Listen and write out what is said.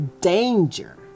danger